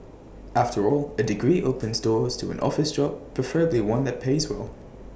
after all A degree opens doors to an office job preferably one that pays well